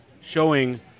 showing